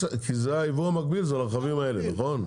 היבוא המקביל הוא על הרכבים האלה, נכון?